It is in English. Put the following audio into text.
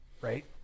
right